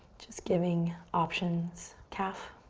just giving options, calf.